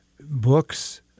books